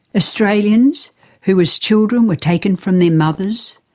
australians who as children were taken from their mothers,